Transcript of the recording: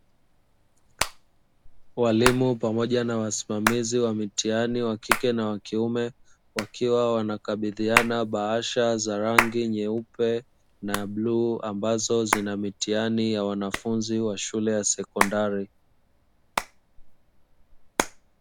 Walimu pamoja na wasimamizi wa mitihani wa kike na wa kiume, wakiwa wanakabidhiana bahasha za rangi nyeupe na bluu, ambazo zina mitihani ya wanafunzi wa shule ya sekondari.